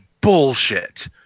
bullshit